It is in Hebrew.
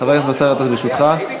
חבר הכנסת באסל גטאס, ברשותך.